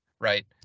right